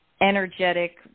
energetic